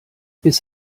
bis